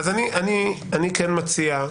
בכל מקרה,